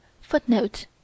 Footnote